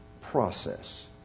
process